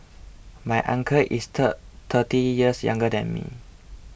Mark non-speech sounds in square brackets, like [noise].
my uncle is [unintelligible] thirty years younger than me